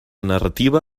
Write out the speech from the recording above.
narrativa